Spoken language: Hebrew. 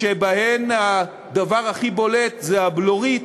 שבהן הדבר הכי בולט זה הבלורית